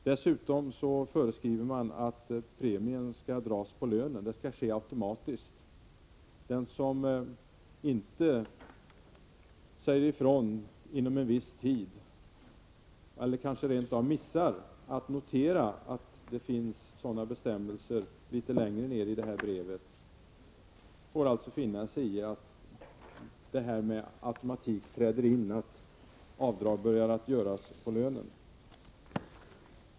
Vidare föreskriver man att premien skall dras på lönen — det skall ske automatiskt. Den som inte säger ifrån inom en viss tid eller rent av missar att notera att det finns sådana bestämmelser litet längre ned i brevet får alltså finna sig i att automatiken träder in och avdrag börjar göras på lönen.